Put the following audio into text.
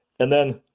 and then